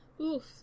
oof